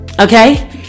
Okay